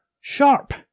Sharp